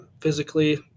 Physically